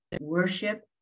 worship